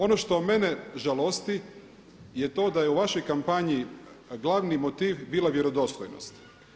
Ono što mene žalosti je to da je u vašoj kampanji glavni motiv bila vjerodostojnost.